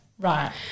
right